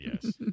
Yes